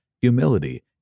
humility